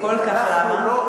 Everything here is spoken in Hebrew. וכל כך למה?